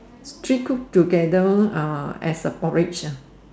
three cook together uh as a porridge ah